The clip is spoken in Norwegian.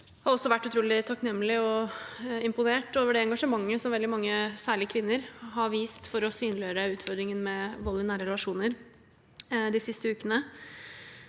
Jeg har også vært utrolig takknemlig for og imponert over det engasjementet som veldig mange, særlig kvinner, de siste ukene har vist for å synliggjøre utfordringen med vold i nære relasjoner. Dette er